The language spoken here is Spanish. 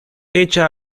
echa